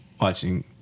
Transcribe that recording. watching